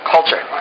Culture